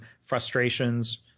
frustrations